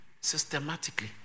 systematically